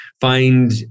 find